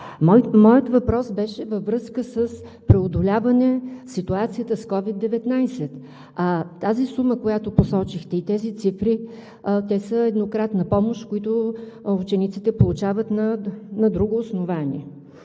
Моят въпрос беше във връзка с преодоляване ситуацията с COVID-19. А тази сума, която посочихте, и тези цифри, те са еднократна помощ, които учениците получават на друго основание.